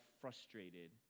frustrated